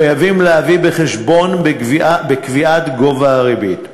חייבים להביא בחשבון בקביעת גובה הריבית.